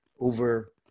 over